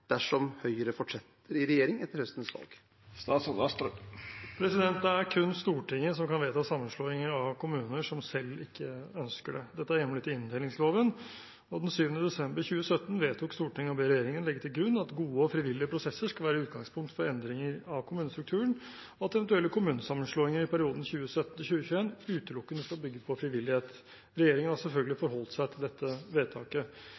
dersom Høyre fortsetter i regjering etter høstens valg?» Det er kun Stortinget som kan vedta sammenslåing av kommuner som selv ikke ønsker det. Dette er hjemlet i inndelingsloven. Den 7. desember 2017 vedtok Stortinget å be regjeringen legge til grunn at gode og frivillige prosesser skulle være utgangspunkt for endringer av kommunestrukturen, og at eventuelle kommunesammenslåinger i perioden 2017–2021 utelukkende skulle bygge på frivillighet. Regjeringen har selvfølgelig forholdt seg til dette vedtaket.